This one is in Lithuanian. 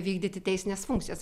vykdyti teisines funkcijas